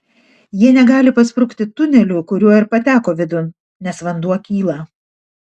jie negali pasprukti tuneliu kuriuo ir pateko vidun nes vanduo kyla